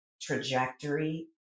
trajectory